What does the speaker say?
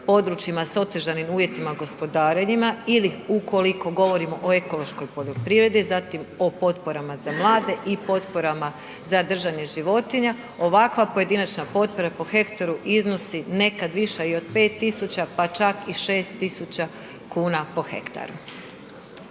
područjima s otežanim uvjetima gospodarenjima ili ukoliko govorimo o ekološkoj poljoprivredi, zatim o potporama za mlade i potporama za držanje životinja, ovakva pojedinačna potpora po hektaru iznosi nekad viša i od 5 tisuća, pa čak i 6 tisuća kuna po hektaru.